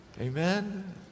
Amen